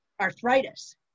arthritis